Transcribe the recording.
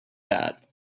bad